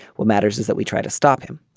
what matters is that we try to stop him.